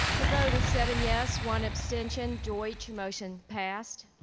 the vote is seven yes, one abstention, deutsch motion passed.